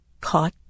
caught